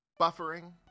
Buffering